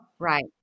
Right